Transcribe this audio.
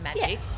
magic